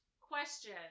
question